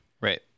right